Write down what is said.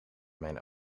mijn